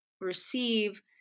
receive